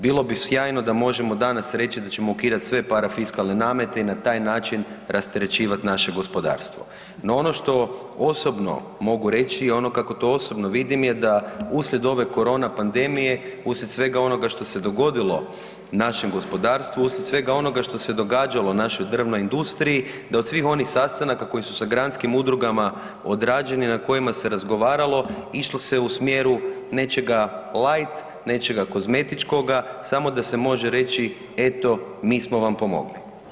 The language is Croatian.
Bilo bi sjajno da možemo danas reći da ćemo ukidati sve parafiskalne namete i na taj način rasterećivat naše gospodarstvo no ono što osobno mogu reći i ono kako to osobno vidimo je da uslijed ove korona pandemije, uslijed svega onoga što se dogodilo našem gospodarstvu, uslijed svega onoga što se događalo našoj drvnoj industriji, da od svih onih sastanaka koji su sa granskim udrugama odrađeni, na kojima se razgovaralo, išlo se u smjeru nečega light, nečega kozmetičkoga, samo da se može reći eto, mi smo vam pomogli.